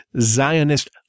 Zionist